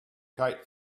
kite